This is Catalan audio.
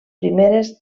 primeres